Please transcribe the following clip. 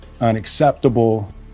unacceptable